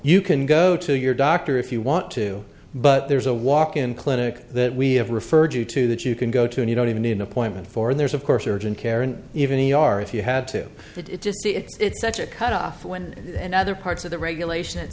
you can go to your doctor if you want to but there's a walk in clinic that we have referred you to that you can go to and you don't even need an appointment for there's of course urgent care and even e r if you had to it's just it's such a cut off when and other parts of the regulation